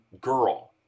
girl